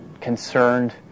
concerned